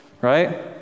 right